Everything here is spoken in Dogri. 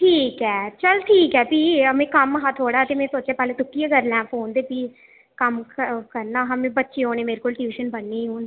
ठीक ऐ चल ठीक ऐ भी में कम्म हा थोह्ड़ा ते में सोचेआ पैह्लें तुकी गै करी लैं में फोन ते भी कम्म क करना हा में बच्चे औने मेरे कोल ट्यूशन पढ़ने ई हून